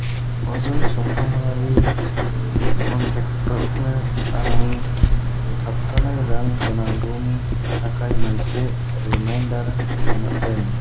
अजय चामफ्रामारि कनटेक्टरनो आंनि थाबथानाय रां होनांगौनि थाखाय मोनसे रिमाइन्डार दोन